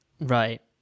Right